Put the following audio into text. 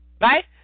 right